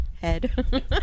Head